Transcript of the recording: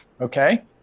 Okay